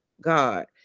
God